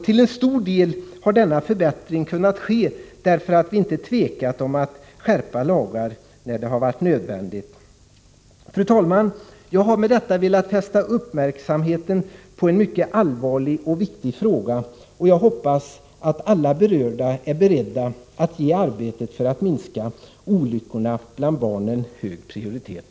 Till stor del har denna förbättring kunnat ske därför att vi inte tvekat att skärpa lagar när det varit nödvändigt. Fru talman! Jag har med detta velat fästa uppmärksamheten på en mycket allvarlig och viktig fråga, och jag hoppas att alla berörda är beredda att ge arbetet för att minska olyckorna bland barnen hög prioritet.